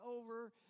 over